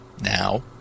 now